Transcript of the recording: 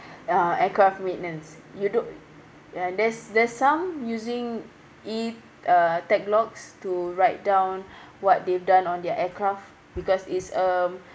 uh aircraft maintenance you don~ ya there's there's some using e uh tech-logs to write down what they've done on their aircraft because it's um